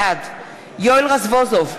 בעד יואל רזבוזוב,